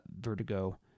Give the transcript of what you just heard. vertigo